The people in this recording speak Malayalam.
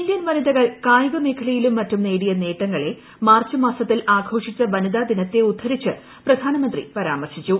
ഇന്ത്യൻ വനിതകൾ കായിക മേഖലയിലും മറ്റും നേടിയ നേട്ടങ്ങളെ മാർച്ച് മാസത്തിൽ ആഘോഷിച്ച വനിതാദിന്ന്ത്ത് ഉദ്ധരിച്ച് പ്രധാനമന്ത്രി പരമാർശിച്ചു